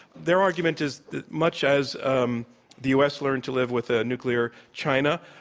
their argument is that, much as um the u. s. learned to live with a nuclear china,